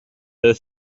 her